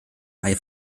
eye